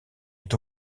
est